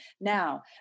Now